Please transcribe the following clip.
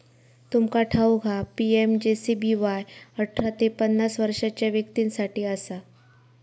तुमका ठाऊक हा पी.एम.जे.जे.बी.वाय अठरा ते पन्नास वर्षाच्या व्यक्तीं साठी असा